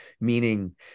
Meaning